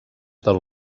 del